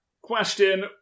question